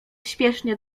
śpiesznie